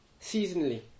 seasonally